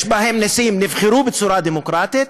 נשיאים שנבחרו בצורה דמוקרטית,